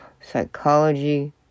psychology